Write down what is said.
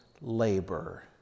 labor